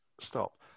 stop